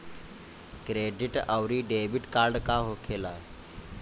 Credit आउरी debit card का होखेला?